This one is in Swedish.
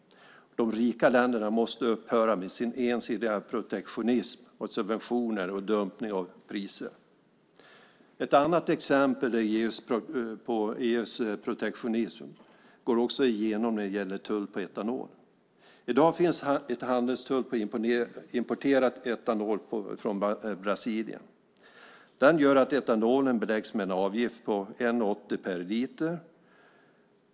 De rika länderna måste upphöra med sin ensidiga protektionism, subventioner och dumpning av priser. Ett annat exempel på EU:s protektionism är tull på etanol. I dag finns handelstull på importerad etanol från Brasilien. Det gör att etanolen beläggs med en avgift på 1:80 kronor per liter.